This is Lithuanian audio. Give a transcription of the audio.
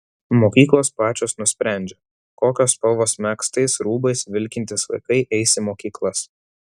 mokyklos pačios nusprendžia kokios spalvos megztais rūbais vilkintys vaikai eis į mokyklas